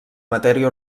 matèria